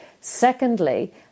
Secondly